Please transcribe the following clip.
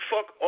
Fuck